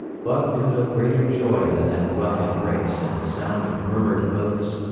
buck knew no greater joy than that rough embrace and the sound of murmured oaths,